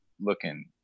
looking